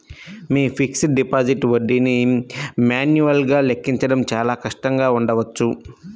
మీ fixed deposit వడ్డీని మాన్యువల్గా లెక్కించడం చాలా కష్టంగా ఉండవచ్చు